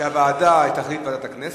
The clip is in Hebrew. כשעל הוועדה תחליט ועדת הכנסת.